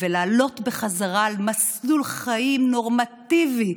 ולעלות בחזרה למסלול חיים נורמטיבי,